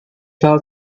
fell